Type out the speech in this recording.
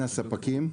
הספקים,